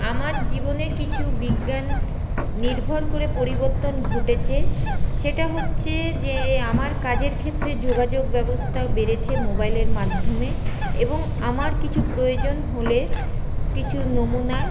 আমার জীবনে কিছু বিজ্ঞান নির্ভর করে পরিবর্তন ঘটেছে সেটা হচ্ছে যে আমার কাজের ক্ষেত্রে যোগাযোগ ব্যবস্থাও বেড়েছে মোবাইলের মাধ্যমে এবং আমার কিছু প্রয়োজন হলে কিছু নমুনা